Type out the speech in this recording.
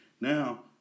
Now